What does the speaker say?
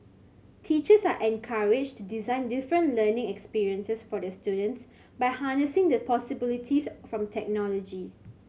teachers are encouraged design different learning experiences for their students by harnessing the possibilities from technology